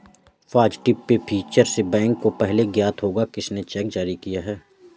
positive pay feature से bank को पहले ज्ञात होगा किसने चेक जारी किया है